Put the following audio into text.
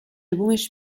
بومش